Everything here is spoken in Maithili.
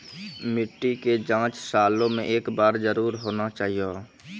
मिट्टी के जाँच सालों मे एक बार जरूर होना चाहियो?